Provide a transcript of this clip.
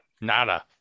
Nada